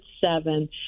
seven